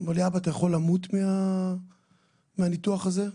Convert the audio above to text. ושואל אותי אבא, אתה יכול למות מהניתוח הזה?